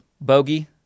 bogey